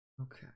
Okay